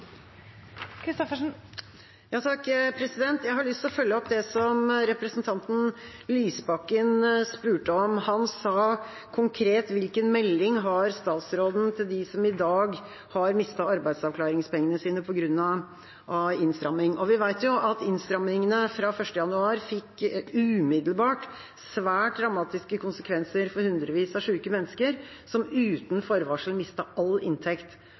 Jeg har lyst å følge opp det representanten Lysbakken spurte om. Han sa konkret: Hvilken melding har statsråden til dem som i dag har mistet arbeidsavklaringspengene sine på grunn av innstramming? Vi vet at innstrammingene fra 1. januar umiddelbart fikk svært dramatiske konsekvenser for hundrevis av syke mennesker, som uten forvarsel mistet all inntekt.